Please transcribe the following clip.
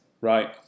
right